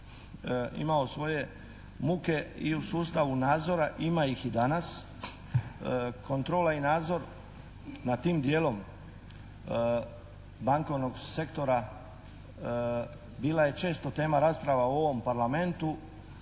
imao svoje muke i u sustavu nadzora, ima ih i danas. Kontrola i nadzor nad tim dijelom bankovnog sektora bila je često tema rasprava u ovom Parlamentu.